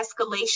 escalation